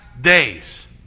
days